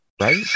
right